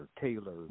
Taylor